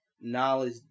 knowledge